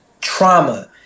trauma